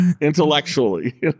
intellectually